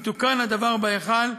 יתוקן הדבר בהיכל,